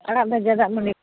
ᱟᱲᱟᱜ ᱵᱷᱟᱡᱟ ᱫᱟᱜ ᱢᱟᱹᱲᱤ